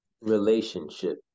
relationship